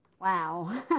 Wow